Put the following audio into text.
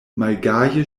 malgaje